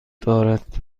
دارد